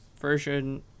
version